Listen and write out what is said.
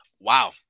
Wow